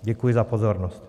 Děkuji za pozornost.